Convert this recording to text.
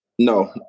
No